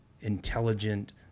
intelligent